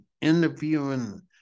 interviewing